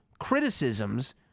criticisms